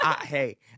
Hey